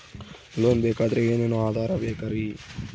Loan ಬೇಕಾದ್ರೆ ಏನೇನು ಆಧಾರ ಬೇಕರಿ?